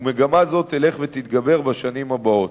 ומגמה זו תלך ותתגבר בשנים הבאות.